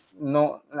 No